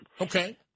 Okay